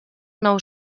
nou